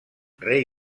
rei